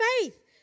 faith